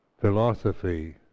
philosophy